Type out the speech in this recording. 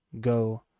Go